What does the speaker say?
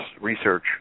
research